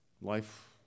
life